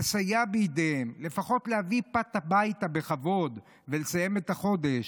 לסייע בידיהן לפחות להביא פת הביתה בכבוד ולסיים את החודש.